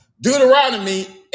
Deuteronomy